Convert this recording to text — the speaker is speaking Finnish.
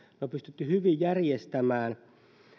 on pystytty hyvin järjestämään